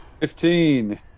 Fifteen